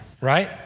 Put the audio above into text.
right